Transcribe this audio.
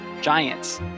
giants